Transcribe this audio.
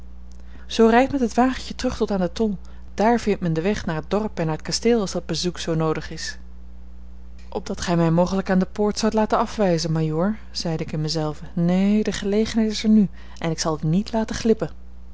zoo rijd met het wagentje terug tot aan den tol dààr vindt men den weg naar het dorp en naar t kasteel als dat bezoek zoo noodig is opdat gij mij mogelijk aan de poort zoudt laten afwijzen majoor zeide ik in mijzelven neen de gelegenheid is er nu en ik zal die niet laten glippen